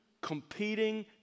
competing